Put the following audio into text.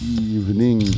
evening